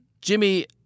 Jimmy